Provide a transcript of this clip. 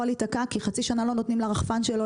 יכול להיתקע כי חצי שנה לא נותנים לרחפן שלו